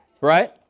Right